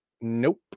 Nope